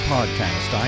Podcast